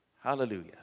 Hallelujah